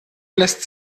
lässt